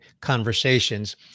conversations